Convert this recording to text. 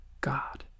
God